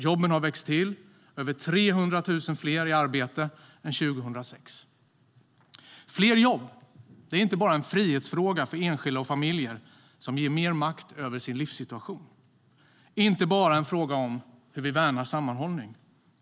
Jobben har växt till, och det är över 300 000 fler i arbete än 2006.Fler jobb är inte bara en frihetsfråga för enskilda och familjer som ger mer makt över deras livssituation. Det är inte bara en fråga om hur vi värnar sammanhållning.